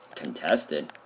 Contested